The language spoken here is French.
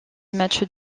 matchs